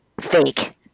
Fake